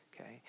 okay